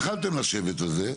התחלתם לשבת על זה.